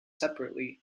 separately